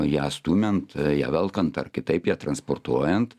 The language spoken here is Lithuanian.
ją stumiant ją velkant ar kitaip ją transportuojant